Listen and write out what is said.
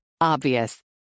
Obvious